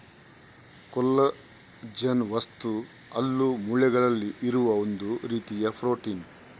collagen ವಸ್ತು ಹಲ್ಲು, ಮೂಳೆಗಳಲ್ಲಿ ಇರುವ ಒಂದು ರೀತಿಯ ಪ್ರೊಟೀನ್